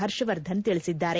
ಹರ್ಷವರ್ಧನ್ ತಿಳಿಸಿದ್ದಾರೆ